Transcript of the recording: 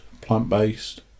plant-based